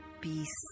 peace